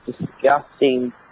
disgusting